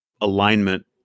alignment